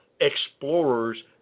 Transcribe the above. explorers